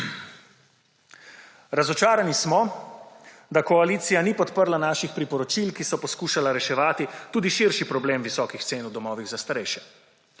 Razočarani smo, da koalicija ni podprla naših priporočil, ki so poskušala reševati tudi širši problem visokih cen v domovih za starejše.